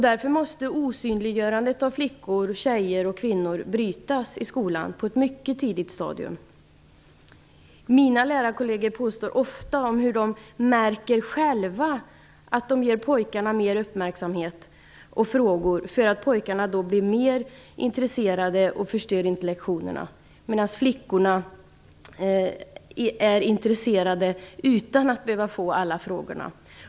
Därför måste osynliggörandet av flickor, tjejer och kvinnor brytas i skolan på ett mycket tidigt stadium. Mina lärarkolleger påstår ofta att de själva märker att de ger pojkarna mer uppmärksamhet och frågor för att pojkarna då blir mer intresserade och inte förstör lektionerna, medan flickorna är intresserade utan att behöva få alla frågorna.